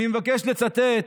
אני מבקש לצטט